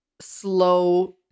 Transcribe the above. slow